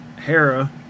Hera